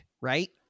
right